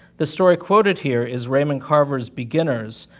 the story quoted here is raymond carver's beginners,